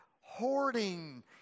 hoarding